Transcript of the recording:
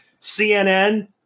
CNN